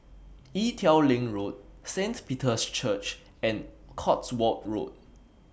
Ee Teow Leng Road Saint Peter's Church and Cotswold Road